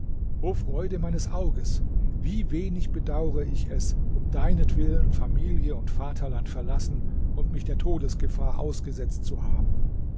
o freude meines auges wie wenig bedaure ich es um deinetwillen familie und vaterland verlassen und mich der todesgefahr ausgesetzt zu haben